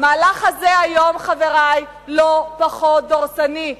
המהלך הזה היום, חברי, לא פחות דורסני.